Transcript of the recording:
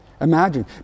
Imagine